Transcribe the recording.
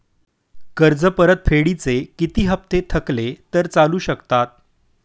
कर्ज परतफेडीचे किती हप्ते थकले तर चालू शकतात?